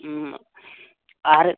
ᱟᱨ